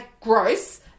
gross